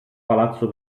palazzo